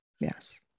Yes